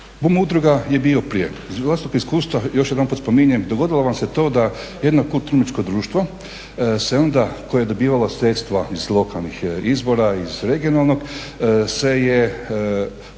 udruga je bio plijen. Iz vlastitog iskustva još jedanput spominjem dogodilo vam se to da jedno kulturno umjetničko društvo se onda, koje je dobivalo sredstva iz lokalnih izvora iz regionalnog, se je podijelilo